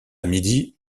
midi